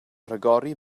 rhagori